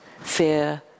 fear